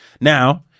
now